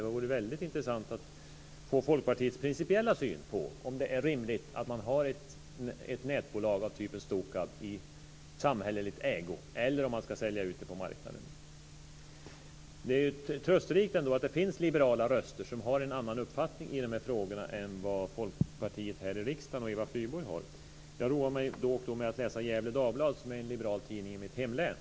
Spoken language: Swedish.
Det vore väldigt intressant att få Folkpartiets principiella syn på om det är rimligt att man har ett nätbolag av typen Stokab i samhällelig ägo eller om man ska sälja ut det på marknaden. Det är ändå trösterikt att det finns liberala röster som har en annan uppfattning i dessa frågor än vad Eva Flyborg och övriga folkpartister här i riksdagen har. Jag roar mig då och då med att läsa Gefle Dagblad som är en liberal tidning i mitt hemlän.